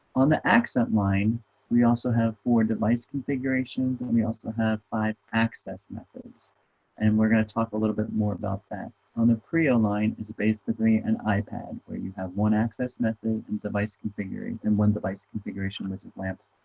on the accent line we also have four device configurations, and we also have five access methods and we're going to talk a little bit more about that on the prio line is basically an ipad where you have one access method and device configuring and one device configuration, which is lamps